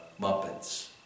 Muppets